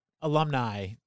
alumni